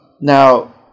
Now